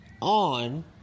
On